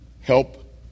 help